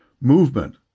Movement